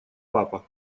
папа